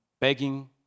begging